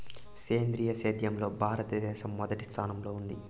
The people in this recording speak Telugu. సేంద్రీయ సేద్యంలో భారతదేశం మొదటి స్థానంలో ఉంది